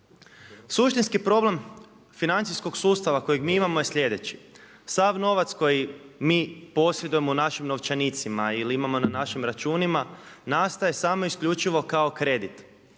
Suštinski problem financijskog sustava kojeg mi imamo je slijedeći: sav novac koji mi posjedujemo u našim novčanicima ili imamo na našim računima nastaje samo isključivo kao kredit.